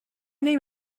name